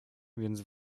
więc